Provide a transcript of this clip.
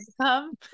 come